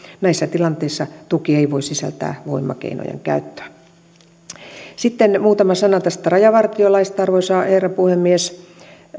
näissä tilanteissa tuki ei voi sisältää voimakeinojen käyttöä sitten muutama sana tästä rajavartiolaista arvoisa herra puhemies